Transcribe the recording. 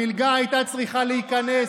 המלגה הייתה צריכה להיכנס